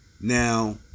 Now